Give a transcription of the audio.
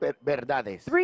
verdades